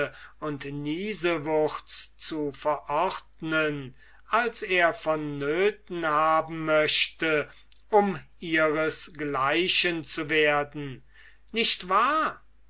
und niesewurz zu verordnen als er vonnöten haben möchte um ihres gleichen zu werden nicht wahr